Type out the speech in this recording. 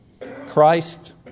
Christ